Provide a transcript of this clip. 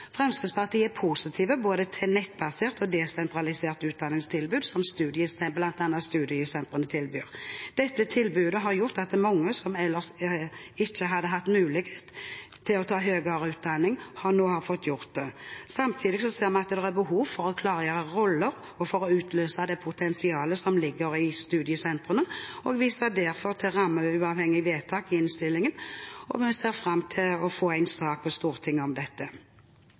Fremskrittspartiet er positiv til både nettbasert og desentralisert utdanningstilbud som bl.a. studiesentrene tilbyr. Dette tilbudet har gjort at mange som ellers ikke hadde hatt mulighet til å ta høyere utdanning, nå har fått det. Samtidig ser vi at det er behov for å klargjøre roller og for å utløse potensialet som ligger i studiesentrene. Vi viser derfor til rammeuavhengige vedtak i innstillingen og ser fram til å få en sak i Stortinget om dette.